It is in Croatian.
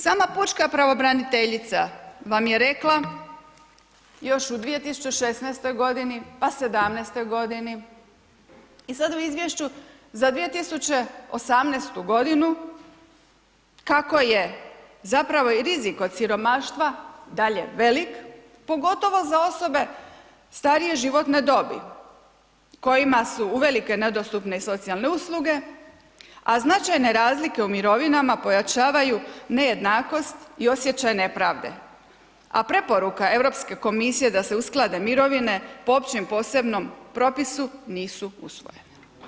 Sama pučka pravobraniteljica vam je rekla još u 2016.g., pa 2017.g. i sad u izvješću za 2018.g. kako je zapravo i rizik od siromašna dalje velik, pogotovo za osobe starije životne dobi kojima su uvelike nedostupne i socijalne usluge, a značajne razlike u mirovinama pojačavaju nejednakost i osjećaj nepravde, a preporuka Europske komisije da se usklade mirovine po Općem posebnom propisu, nisu usvojene.